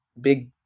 big